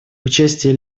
участие